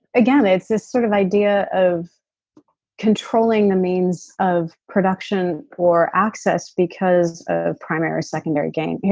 again, it's this sort of idea of controlling the means of production or access because of primary or secondary gain.